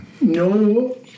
no